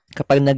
...kapag